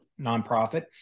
nonprofit